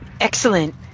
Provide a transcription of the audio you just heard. Excellent